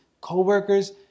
co-workers